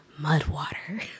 Mudwater